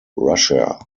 russia